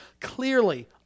clearly